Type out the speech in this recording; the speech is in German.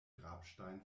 grabstein